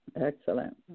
Excellent